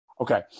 Okay